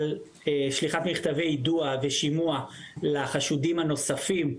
שליחת מכתבי יידוע ושימוע לחשודים הנוספים,